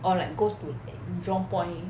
or like go to like jurong point